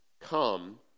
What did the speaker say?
come